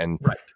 Right